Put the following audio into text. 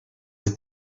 the